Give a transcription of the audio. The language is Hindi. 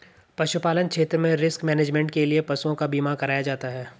पशुपालन क्षेत्र में रिस्क मैनेजमेंट के लिए पशुओं का बीमा कराया जाता है